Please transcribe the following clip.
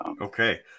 okay